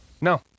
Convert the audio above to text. No